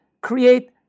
create